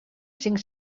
cinc